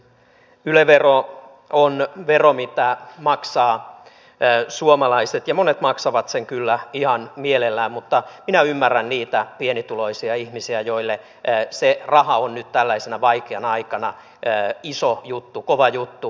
yle vero on vero mitä maksavat suomalaiset ja monet maksavat sen kyllä ihan mielellään mutta minä ymmärrän niitä pienituloisia ihmisiä joille se raha on nyt tällaisena vaikeana aikana iso juttu kova juttu